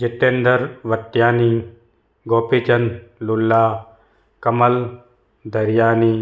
Jitendra Vatyani Gopichand Lula Kamal Daryani